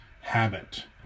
habit